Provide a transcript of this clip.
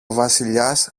βασιλιάς